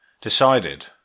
decided